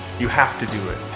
you have to do it.